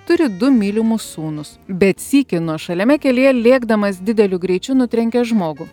turi du mylimus sūnus bet sykį nuošaliame kelyje lėkdamas dideliu greičiu nutrenkia žmogų